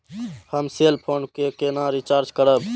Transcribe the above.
हम cell phone केना recharge करब?